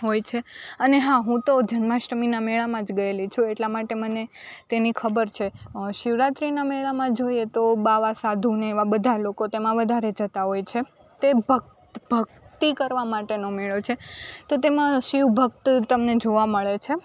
હોય છે અને હા હું તો જન્માષ્ટમીના મેળામાં જ ગએલી છું એટલા માટે મને તેની ખબર છે શિવરાત્રીના મેળામાં જોઈએ તો બાવા સાધુને એવા બધા લોકો તેમાં વધારે જતા હોય છે તે ભક્ત ભક્તિ કરવા માટેનો મેળો છે તો તેમાં શિવભક્ત તમને જોવા મળે છે